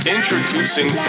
Introducing